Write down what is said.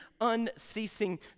unceasing